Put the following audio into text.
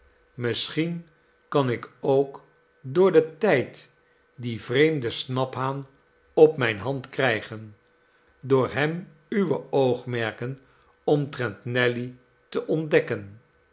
misschien kan ik ook door den tijd dien vreemden snaphaan op mijne hand krijgen door hem uwe oogmerken omtrent nelly te ontdekken